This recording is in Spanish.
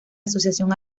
asociación